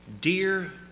dear